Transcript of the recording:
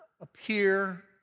appear